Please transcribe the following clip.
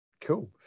Cool